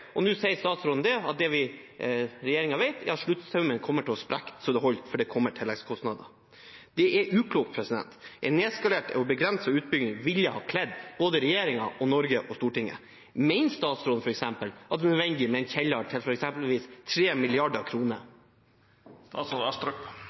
og nå sier statsråden at regjeringen vet at sluttsummen kommer til å sprekke så det holder fordi det kommer til ekstrakostnader. Det er uklokt. En nedskalert og begrenset utbygging ville ha kledd både regjeringen, Norge og Stortinget. Mener statsråden f.eks. at det er nødvendig med en kjeller til